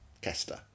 Kester